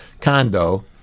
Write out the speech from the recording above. condo